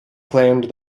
claimed